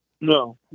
No